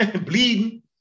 bleeding